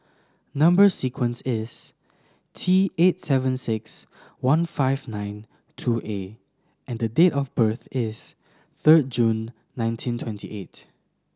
number sequence is T eight seven six one five nine two A and date of birth is third June nineteen twenty eight